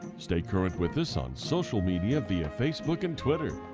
stay current with us on social media via facebook and twitter.